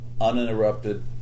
uninterrupted